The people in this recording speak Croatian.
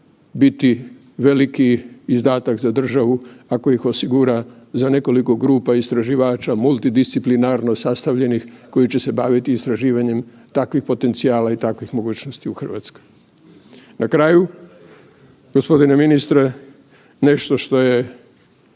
biti veliki izdatak za državu ako ih osigura za nekoliko grupa istraživača multidisciplinarno sastavljenih koji će se baviti istraživanjem takvih potencijala i takvih mogućnosti u Hrvatskoj. Na kraju, gospodine ministre nešto što je